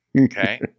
Okay